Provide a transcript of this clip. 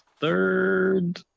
third